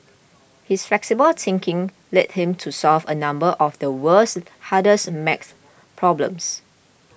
his flexible thinking led him to solve a number of the world's hardest math problems